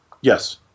Yes